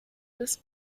des